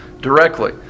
directly